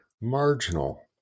marginal